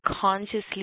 consciously